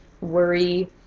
worry